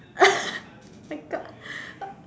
I thought